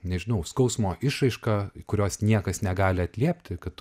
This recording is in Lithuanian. nežinau skausmo išraiška kurios niekas negali atliepti kad